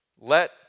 Let